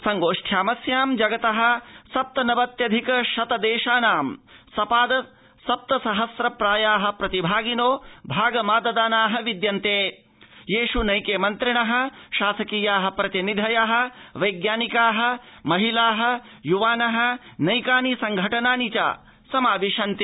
संगोष्ठयामस्यां जगत सप्त नवत्यधिक शत देशानां सपाद सप्त सहस्र प्राया प्रतिभागिनो भागमाददाना विद्यन्ते येष् नैके मन्त्रिण शासकीया प्रतिनिधय वैज्ञानिका महिला युवान संघटनानि च समाविष्टानि सन्ति